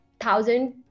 thousand